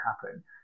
happen